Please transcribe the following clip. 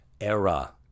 era